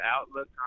outlook